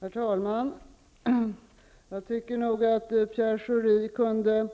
Herr talman! Jag tycker nog att Pierre Schori kunde